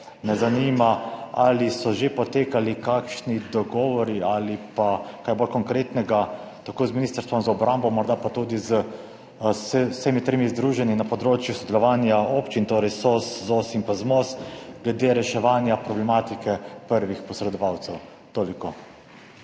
me zanima, ali so že potekali kakšni dogovori ali kaj bolj konkretnega z Ministrstvom za obrambo, morda pa tudi z vsemi tremi združenji na področju sodelovanja občin, torej SOS, ZOS in ZMOS, glede reševanja problematike prvih posredovalcev. Toliko.